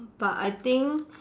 but I think